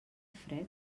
fred